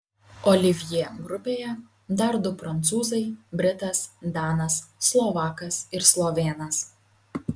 olivjė grupėje dar du prancūzai britas danas slovakas ir slovėnas